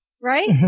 Right